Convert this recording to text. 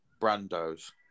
brandos